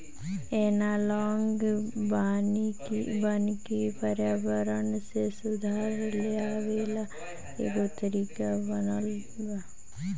analogue वानिकी पर्यावरण में सुधार लेआवे ला एगो तरीका बनल बा